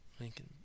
Lincoln